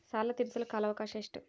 ಸಾಲ ತೇರಿಸಲು ಕಾಲ ಅವಕಾಶ ಎಷ್ಟು?